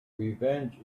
revenge